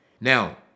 Now